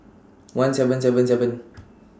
one seven seven seven